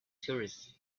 tourists